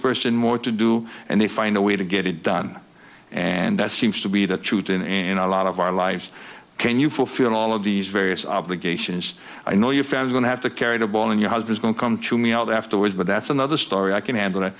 person more to do and they find a way to get it done and that seems to be the truth in a lot of our lives can you fulfill all of these various obligations i know your family going to have to carry the ball in your house was going to come to me all that afterwards but that's another story i can handle